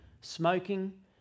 smoking